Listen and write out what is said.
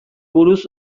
buruz